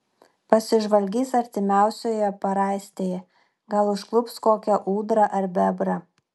pasižvalgys artimiausioje paraistėje gal užklups kokią ūdrą ar bebrą